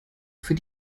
für